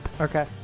Okay